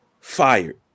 fired